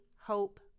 hope